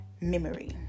memory